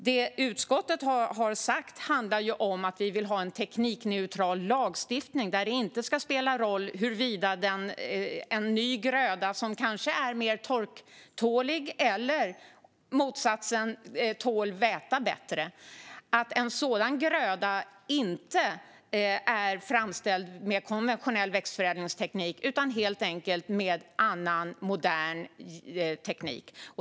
Det utskottet har sagt handlar om att vi vill ha en teknikneutral lagstiftning där det inte ska spela någon roll att en ny gröda, som kanske är mer torktålig eller som kanske tål väta bättre, inte är framställd med konventionell växtförädlingsteknik utan med annan, modern teknik.